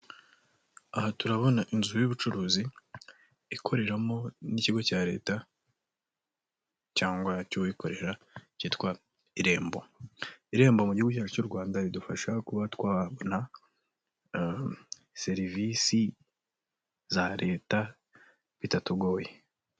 Aha turabona inzu y'ubucuruzi ikoreramo n'ikigo cya Leta cyangwa cy'uwibikorera cyitwa Irembo. Irembo mu gihugu cyacu cy'u Rwanda ridufasha kuba twabona serivisi za Leta bitatugoye.